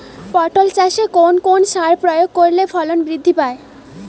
পটল চাষে কোন কোন সার প্রয়োগ করলে ফলন বৃদ্ধি পায়?